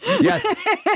Yes